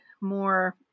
more